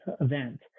event